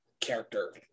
character